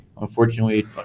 unfortunately